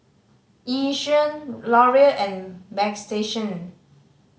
Yishion Laurier and Bagstationz